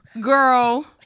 Girl